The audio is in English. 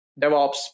DevOps